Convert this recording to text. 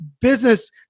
business